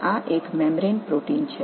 எனவே இது ஒரு சவ்வு புரதமாகும்